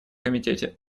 комитете